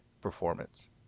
performance